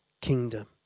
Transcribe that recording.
kingdom